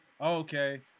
okay